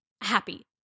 happy